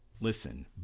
Listen